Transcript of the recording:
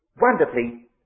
wonderfully